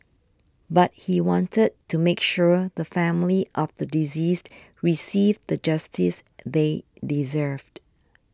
but he wanted to make sure the family of the deceased received the justice they deserved